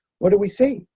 what do we see?